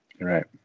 Right